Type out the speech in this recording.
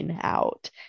out